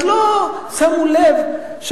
אז לא שמו לב.